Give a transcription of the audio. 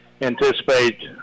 Anticipate